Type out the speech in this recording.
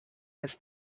his